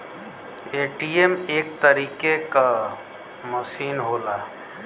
ATM एक तरीके क मसीन होला